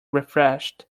refreshed